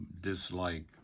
dislike